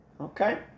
Okay